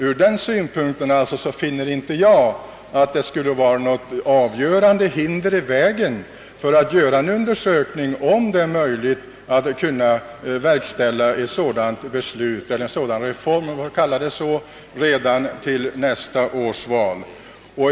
Från den synpunkten finner jag inte att det skulle föreligga något avgörande hinder i vägen att undersöka möjligheterna att genomföra en sådan reform redan till nästa års val.